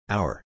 Hour